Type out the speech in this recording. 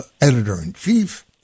editor-in-chief